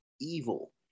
evil